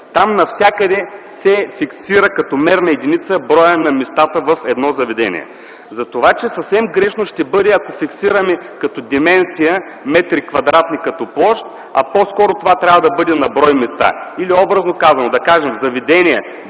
там навсякъде се фиксира като мерна единица броят на местата в едно заведение. Затова съвсем грешно ще бъде, ако фиксираме като дименсия метри квадратни като площ, а по-скоро това трябва да бъде на брой места. Образно казано, да кажем в заведения